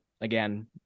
again